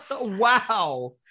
Wow